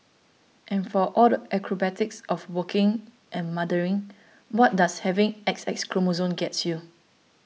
and for all the acrobatics of working and mothering what does having X X chromosomes gets you